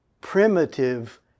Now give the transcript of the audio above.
primitive